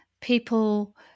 people